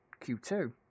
Q2